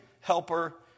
helper